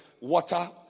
Water